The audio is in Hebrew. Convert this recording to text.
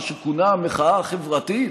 מה שכונה המחאה החברתית,